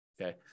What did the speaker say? Okay